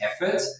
effort